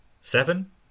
seven